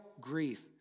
grief